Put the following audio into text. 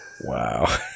Wow